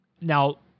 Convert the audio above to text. Now